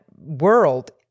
world